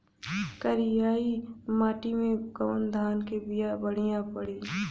करियाई माटी मे कवन धान के बिया बढ़ियां पड़ी?